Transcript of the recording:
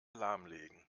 lahmlegen